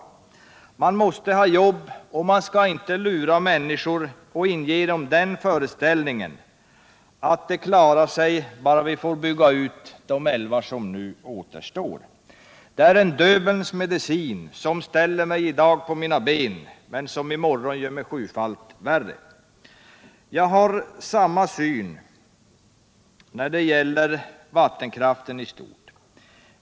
Nr 52 Människor måste ha jobb, men man skall inte lura dem och inge dem Torsdagen den föreställningen att det klarar sig bara vi får bygga ut de älvar som ännu 15 december 1977 är kvar. Det är en Döbelns medicin, ”som gör mig för i morgon sjufalt värre, men hjälper mig i dag på mina ben”. Den fysiska Jag har samma syn när det gäller vattenkraften i stort.